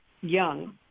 young